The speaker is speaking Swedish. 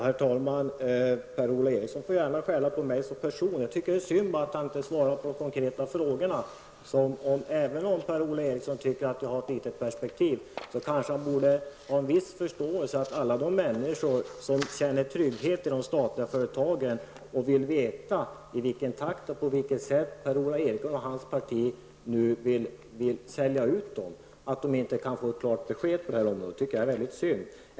Herr talman! Per-Ola Eriksson får gärna skälla på mig som person. Jag tycker dock att det är synd att han inte svarar på de konkreta frågorna. Även om Per-Ola Eriksson tycker att jag har ett snävt perspektiv borde han ha en viss förståelse för att alla de människor som känner trygghet i de statliga företagen vill ha ett klart besked om i vilken takt och på vilket sätt Per-Ola Eriksson och hans parti vill sälja ut dem. Det är synd att de inte kan få ett klart besked på det här området.